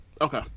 Okay